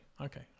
Okay